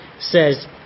says